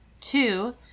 Two